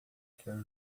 quer